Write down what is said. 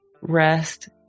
rest